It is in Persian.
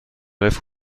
الف